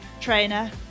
trainer